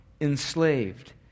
enslaved